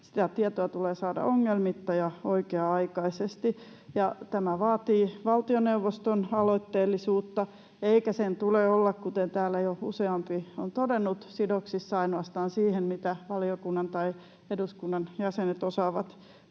Sitä tietoa tulee saada ongelmitta ja oikea-aikaisesti, ja tämä vaatii valtioneuvoston aloitteellisuutta, eikä sen tule olla — kuten täällä jo useampi on todennut — sidoksissa ainoastaan siihen, mitä valiokunnan tai eduskunnan jäsenet osaavat pyytää